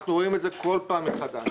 אנחנו רואים את זה בכל פעם מחדש.